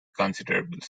considerable